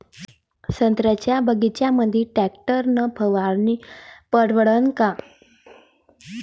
संत्र्याच्या बगीच्यामंदी टॅक्टर न फवारनी परवडन का?